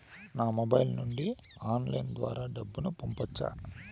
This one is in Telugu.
నా మొబైల్ నుండి ఆన్లైన్ ద్వారా డబ్బును పంపొచ్చా